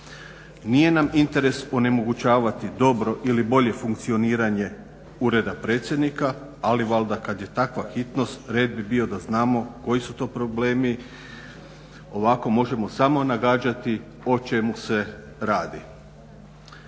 Nije nam interes onemogućavati dobro ili bolje funkcioniranje Ureda predsjednika, ali valjda kad je takva hitnost red bi bio da znamo koji su to problemi. Ovako možemo samo nagađati o čemu se radi.